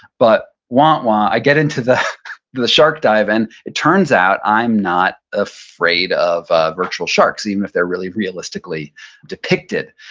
but, wah, wah, i get into the the shark dive, and it turns out i'm not afraid of virtual sharks, even if they're really realistically depicted.